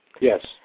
Yes